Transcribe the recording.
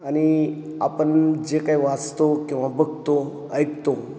आणि आपण जे काय वाचतो किंवा बघतो ऐकतो